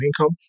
income